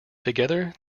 together